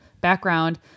background